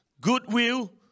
goodwill